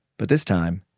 but this time.